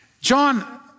John